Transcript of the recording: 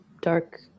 dark